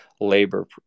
Labor